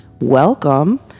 Welcome